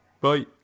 Bye